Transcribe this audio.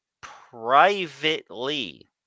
privately